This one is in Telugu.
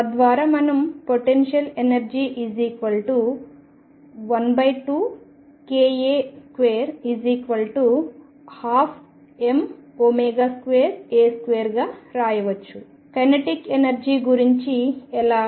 తద్వారా మనం పొటెన్షియల్ ఎనర్జీ 12ka2 12m2a2 గా రాయవచ్చు కైనెటిక్ ఎనర్జీ గురించి ఎలా